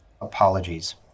Apologies